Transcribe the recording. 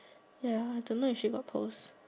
ya I don't know if she got post